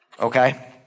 Okay